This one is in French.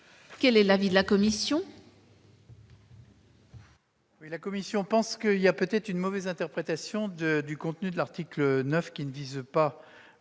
Quel est l'avis de la commission ?